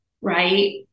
right